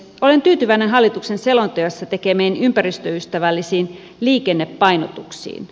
olen tyytyväinen hallituksen selonteossa tekemiin ympäristöystävällisiin liikennepainotuksiin